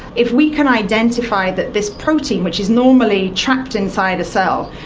if we can identify that this protein, which is normally trapped inside a cell,